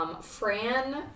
Fran